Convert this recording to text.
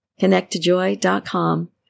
connecttojoy.com